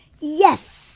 Yes